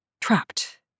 Trapped